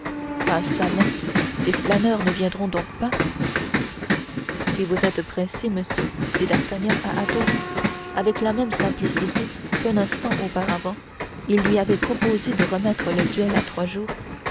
ah çà mais ces flâneurs ne viendront donc pas si vous êtes pressé monsieur dit d'artagnan à athos avec la même simplicité qu'un instant auparavant il lui avait proposé de remettre le duel à trois jours